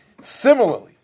Similarly